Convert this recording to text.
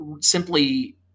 simply